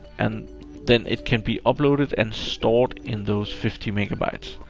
and then it can be uploaded and stored in those fifty mb.